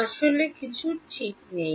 আসলে কিছু ঠিক নেই